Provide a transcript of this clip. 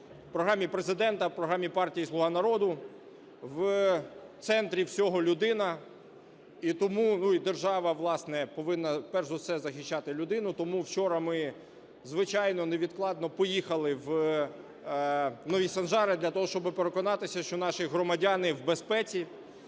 в програмі Президента, в програмі партії "Слуга народу", в центрі всього – людина, і держава, власне, повинна перш за все захищати людину. Тому вчора ми, звичайно, невідкладно поїхали в Нові Санжари для того, щоб переконатися, що наші громадяни у безпеці.